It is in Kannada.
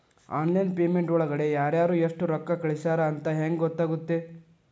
ಆನ್ಲೈನ್ ಪೇಮೆಂಟ್ ಒಳಗಡೆ ಯಾರ್ಯಾರು ಎಷ್ಟು ರೊಕ್ಕ ಕಳಿಸ್ಯಾರ ಅಂತ ಹೆಂಗ್ ಗೊತ್ತಾಗುತ್ತೆ?